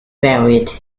buried